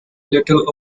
little